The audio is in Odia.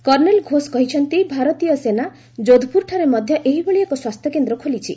କର୍ଣ୍ଣେଲ ଘୋଷ କହିଛନ୍ତି ଭାରତୀୟ ସେନା ଯୋଧପୁରଠାରେ ମଧ୍ୟ ଏହିଭଳି ଏକ ସ୍ୱାସ୍ଥ୍ୟକେନ୍ଦ୍ର ଖୋଲିଛି